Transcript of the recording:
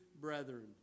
brethren